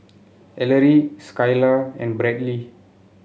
Ellery Skylar and Bradley